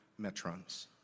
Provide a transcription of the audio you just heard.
metrons